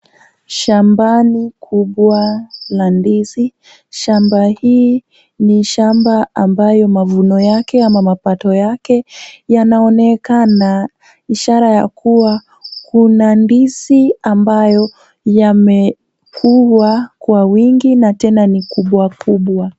Shambani kubwa la ndizi. Shamba hii ni shamba ambayo mavuno yake ama mapato yake yanaonekana, ishara ya kuwa kuna ndizi ambayo yamekuwa kwa wingi na tena ni kubwa kubwa.